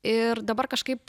ir dabar kažkaip